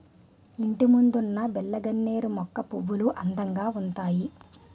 ఇంటిముందున్న బిల్లగన్నేరు మొక్కల పువ్వులు అందంగా ఉంతాయి